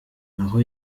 naho